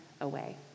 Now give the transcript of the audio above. away